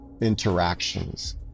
interactions